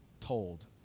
told